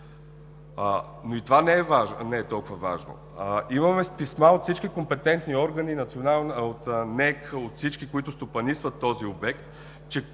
но и това не е толкова важно. Имаме писма от всички компетентни органи – от НЕК, от всички, които стопанисват този обект,